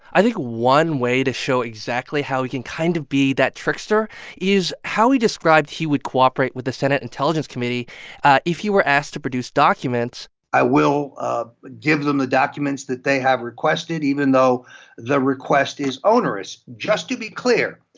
i think one way to show exactly how he can kind of be that trickster is how he described he would cooperate with the senate intelligence committee if he were asked to produce documents i will ah give them the documents that they have requested, even though the request is onerous. just to be clear,